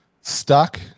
stuck